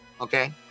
okay